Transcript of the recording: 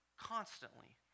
Constantly